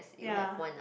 ya